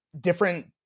different